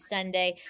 Sunday